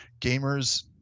gamers